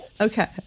okay